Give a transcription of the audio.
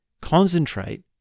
concentrate